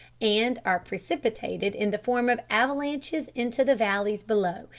and are precipitated in the form of avalanches into the valleys below,